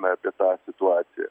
na apie tą situaciją